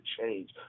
change